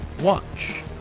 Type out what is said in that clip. watch